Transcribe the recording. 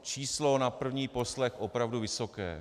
Číslo na první poslech opravdu vysoké.